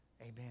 Amen